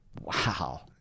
Wow